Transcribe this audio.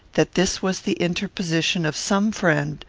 that this was the interposition of some friend,